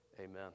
Amen